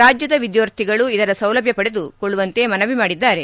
ರಾಜ್ಯದ ವಿದ್ವಾರ್ಥಿಗಳು ಇದರ ಸೌಲಭ್ಯ ಪಡೆದು ಕೊಳ್ಳುವಂತೆ ಮನವಿ ಮಾಡಿದ್ದಾರೆ